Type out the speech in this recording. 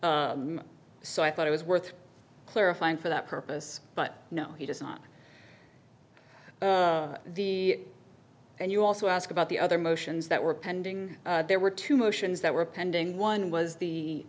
claim so i thought it was worth clarifying for that purpose but no he doesn't the and you also ask about the other motions that were pending there were two motions that were pending one was the